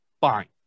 fine